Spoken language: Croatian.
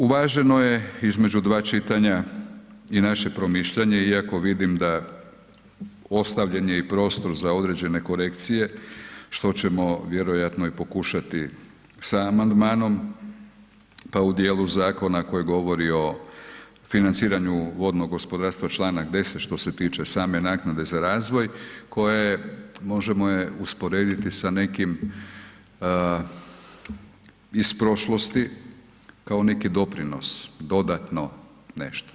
Uvaženo je između dva čitanja i naše promišljanje iako vidim da ostavljen je i prostor za određene korekcije što ćemo vjerojatno i pokušati sa amandmanom, pa u dijelu zakona koji govori o financiranju vodnog gospodarstva Članak 10. što se tiče same naknade za razvoj koja je, možemo je usporediti sa nekim iz prošlosti, kao neki doprinos dodatno nešto.